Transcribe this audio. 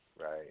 Right